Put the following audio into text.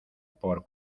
por